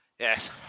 Yes